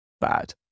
bad